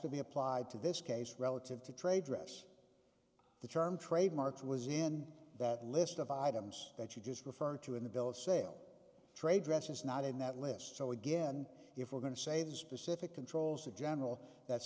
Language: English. to be applied to this case relative to trade dress the term trademarks was in that list of items that you just referred to in the bill of sale trade dress is not in that list so again if we're going to say the specific controls the general that